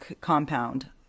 compound